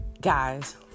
guys